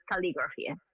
calligraphy